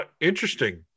interesting